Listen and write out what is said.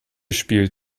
spielt